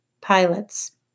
pilots